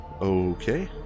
okay